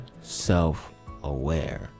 self-aware